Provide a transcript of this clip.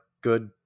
good